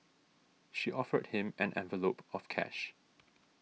she offered him an envelope of cash